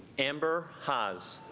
amber haaz